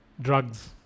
Drugs